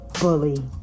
bully